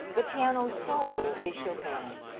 the piano soul is chopin.